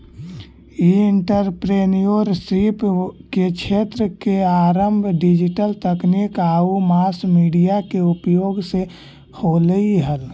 ई entrepreneurship क्क्षेत्र के आरंभ डिजिटल तकनीक आउ मास मीडिया के उपयोग से होलइ हल